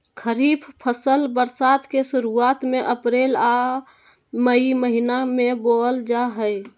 खरीफ फसल बरसात के शुरुआत में अप्रैल आ मई महीना में बोअल जा हइ